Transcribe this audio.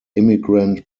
immigrant